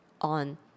on